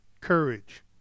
courage